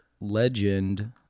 legend